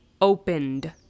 Opened